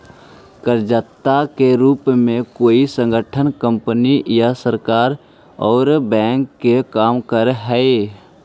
कर्जदाता के रूप में कोई संगठन कंपनी या सरकार औउर बैंक के काम करऽ हई